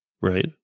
Right